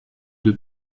deux